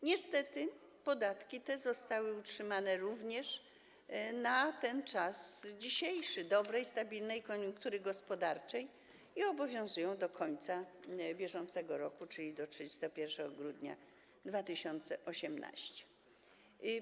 Niestety podatki te zostały utrzymane również na czas dzisiejszy, czas dobrej i stabilnej koniunktury gospodarczej, i obowiązują do końca bieżącego roku, czyli do 31 grudnia 2018 r.